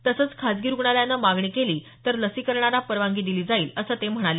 तसंच खाजगी रुग्णालयानं मागणी केली तर लसीकरणाला परवानगी दिली जाईल असं ते म्हणाले